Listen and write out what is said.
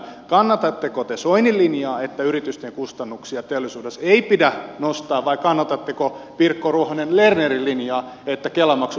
kannatatteko te soinin linjaa että yritysten kustannuksia teollisuudessa ei pidä nostaa vai kannatatteko pirkko ruohonen lernerin linjaa että kela maksu pitäisi palauttaa